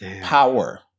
power